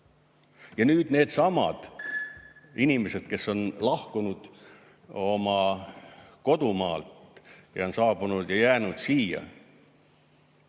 Ja nüüd needsamad inimesed, kes on lahkunud oma kodumaalt ja on saabunud siia ja jäänud siia,